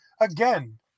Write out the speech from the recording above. again